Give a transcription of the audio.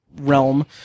realm